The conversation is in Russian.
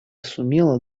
сумела